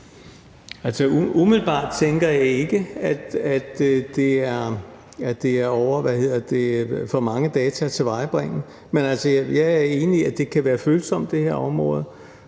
umiddelbart tænker jeg ikke, at det er for mange data at tilvejebringe. Jeg er enig i, at det her område